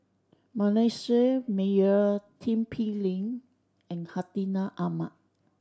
Manasseh Meyer Tin Pei Ling and Hartinah Ahmad